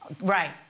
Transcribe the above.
Right